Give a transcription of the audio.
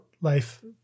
life